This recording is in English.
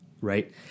right